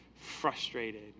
frustrated